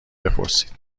بپرسید